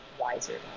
wiser